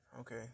Okay